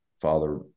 father